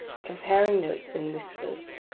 comparing notes in whispers.